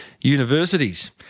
universities